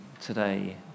today